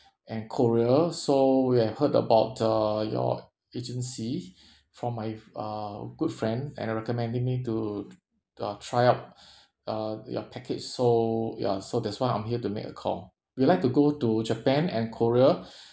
and korea so we have heard about uh your agency from my uh good friend and recommending me to uh try out uh your package so ya so that's why I'm here to make a call we'd like to go to japan and korea